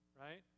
right